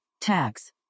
tax